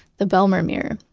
the bijlmermeer.